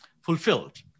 fulfilled